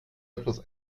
etwas